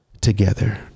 together